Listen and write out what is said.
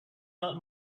not